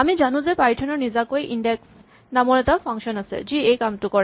আমি জানো যে পাইথন ৰ নিজাকৈ ইনডেক্স নামৰ এটা ফাংচন আছে যি এইটো কাম কৰে